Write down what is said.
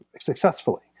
successfully